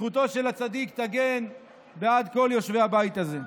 זכותו של הצדיק תגן בעד כל יושבי הבית הזה.